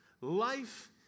life